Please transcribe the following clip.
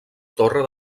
torre